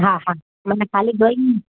हा हा मन ख़ाली ॿ ई आहिनि